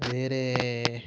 వేరే